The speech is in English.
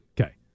Okay